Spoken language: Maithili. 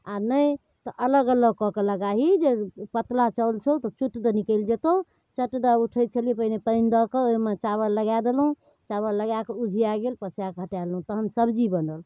आओर नहि तऽ अलग अलग कऽ कऽ लगाही जे पतला चावल छौ तऽ चुट दऽ निकलि जेतौ चट दऽ उठै छलिए पहिने पानि दऽ कऽ ओहिमे चावल लगा देलहुँ चावल लगाकऽ उधिया गेल पसाकऽ हटा लेलहुँ तहन सब्जी बनल